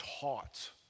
taught